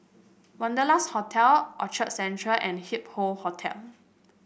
Wanderlust Hotel Orchard Central and Hup Hoe Hotel